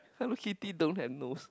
Hello Kitty don't have nose